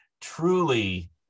truly